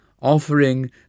Offering